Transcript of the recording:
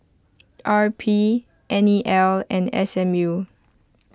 R P N E L and S M U